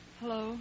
Hello